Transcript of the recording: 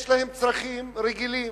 יש להם צרכים רגילים